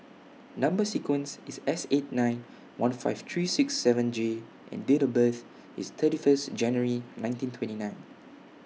Number sequence IS S eight nine one five three six seven J and Date of birth IS thirty First January nineteen twenty nine